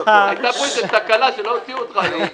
הייתה פה תקלה, שלא הוציאו אותך היום ...